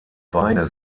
beine